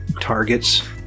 targets